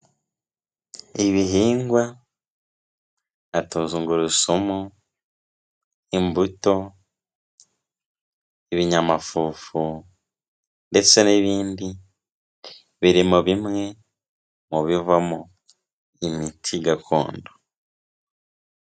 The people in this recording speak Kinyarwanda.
Ibihingwa nka tungurusumu, imbuto, ibinyamafufu ndetse n'ibindi biri mu bimwe mu bivamo imiti gakondo.